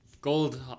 Gold